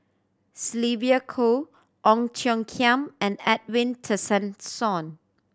Sylvia Kho Ong Tiong Khiam and Edwin Tessensohn